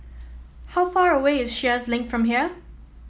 how far away is Sheares Link from here